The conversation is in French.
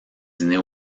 dîner